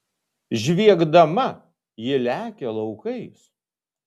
žviegdama ji lekia laukais